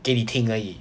给你听而已